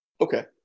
Okay